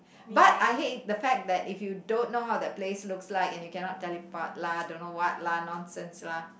but I hate the fact that if you don't know how the place looks like and you cannot teleport lah don't know what lah nonsense lah